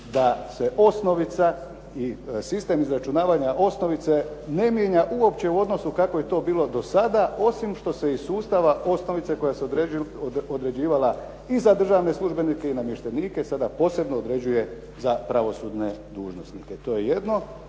da se osnovica i sistem izračunavanja osnovice ne mijenja uopće u odnosu kako je to bilo do sada, osim što se iz sustava osnovice koja se određivala i za državne službenike i namještenike, sada posebno određuje i za pravosudne dužnosnike. To je jedno.